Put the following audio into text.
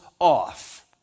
off